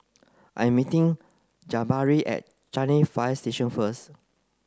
I'm meeting Jabari at Changi Fire Station first